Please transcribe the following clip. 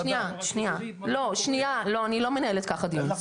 שניה, אני לא מנהלת ככה דיון.